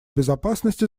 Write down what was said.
безопасности